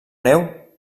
neu